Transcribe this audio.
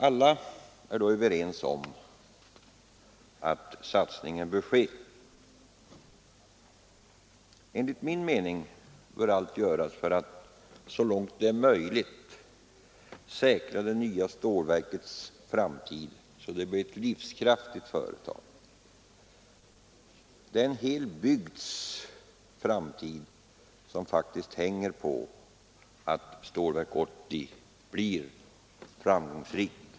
Alla är dock överens om att denna satsning bör komma till stånd. Enligt min mening bör allt göras för att, så långt det är möjligt, säkra det nya stålverkets framtid, så att det blir ett livskraftigt företag. En hel bygds framtid hänger faktiskt på att Stålverk 80 blir framgångsrikt.